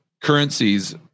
currencies